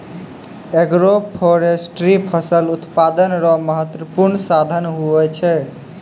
agroforestry फसल उत्पादन रो महत्वपूर्ण साधन हुवै छै